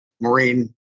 marine